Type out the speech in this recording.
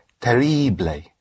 terrible